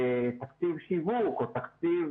תקציב שיווק או תקציב